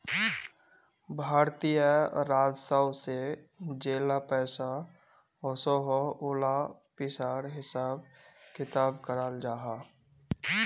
भारतीय राजस्व से जेला पैसा ओसोह उला पिसार हिसाब किताब कराल जाहा